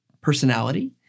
personality